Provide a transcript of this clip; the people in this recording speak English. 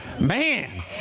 Man